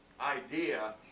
idea